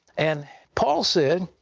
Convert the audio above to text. and paul said,